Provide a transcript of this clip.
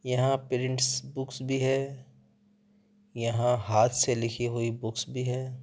یہاں prints books بھی ہے یہاں ہاتھ سے لکھی ہوئی بکس بھی ہے